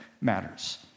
matters